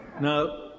Now